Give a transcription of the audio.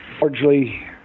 largely